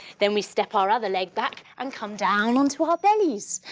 then we step our other leg back and come down onto our bellies,